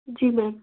जी ma'am